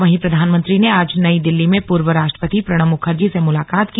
वहीं प्रधानमंत्री ने आज नई दिल्ली में पूर्व राष्ट्रपति प्रणब मुखर्जी से मुलाकात की